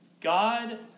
God